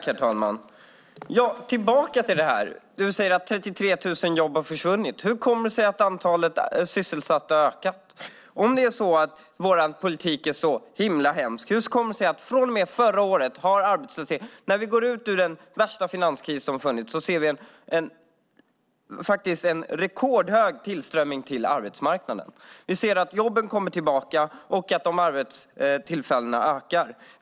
Herr talman! Om 33 000 jobb har försvunnit, hur kommer det sig att antalet sysselsatta ökat? Om vår politik är så himla hemsk, hur kommer det sig att vi, när vi går ut ur den värsta finanskrisen, ser en rekordstor tillströmning till arbetsmarknaden? Vi ser att jobben kommer och att arbetstillfällena ökar.